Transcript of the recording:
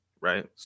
Right